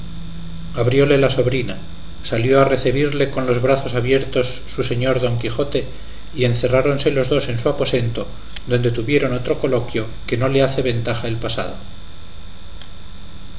aborrecía abrióle la sobrina salió a recebirle con los brazos abiertos su señor don quijote y encerráronse los dos en su aposento donde tuvieron otro coloquio que no le hace ventaja el pasado